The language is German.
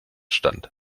stand